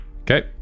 Okay